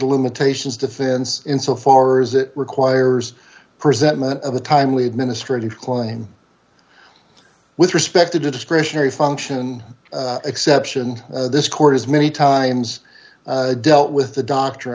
of limitations defense insofar as it requires present moment of a timely administrative claim with respect to discretionary function exception this court has many times dealt with the doct